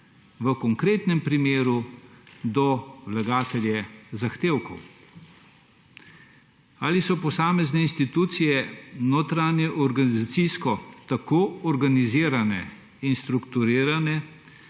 v konkretnem primeru do vlagateljev zahtevkov? Ali so posamezne institucije notranje organizacijsko tako organizirane in strukturirane,